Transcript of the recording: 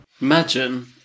Imagine